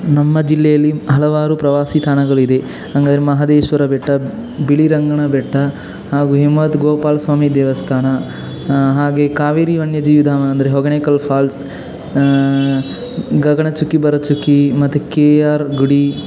ನಮ್ಮ ಜಿಲ್ಲೆಯಲ್ಲಿ ಹಲವಾರು ಪ್ರವಾಸಿ ತಾಣಗಳಿದೆ ಹಂಗದ್ರೆ ಮಹದೇಶ್ವರ ಬೆಟ್ಟ ಬಿಳಿರಂಗನ ಬೆಟ್ಟ ಹಾಗೂ ಹಿಮವದ್ ಗೋಪಾಲಸ್ವಾಮಿ ದೇವಸ್ಥಾನ ಹಾಗೆ ಕಾವೇರಿ ವನ್ಯಜೀವಿ ಧಾಮ ಅಂದರೆ ಹೊಗೆನಕಲ್ ಫಾಲ್ಸ್ ಗಗನಚುಕ್ಕಿ ಭರಚುಕ್ಕಿ ಮತ್ತು ಕೆ ಆರ್ ಗುಡಿ